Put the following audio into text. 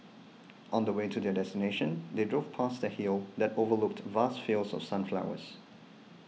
on the way to their destination they drove past a hill that overlooked vast fields of sunflowers